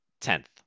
tenth